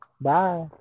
Bye